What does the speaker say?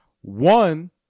One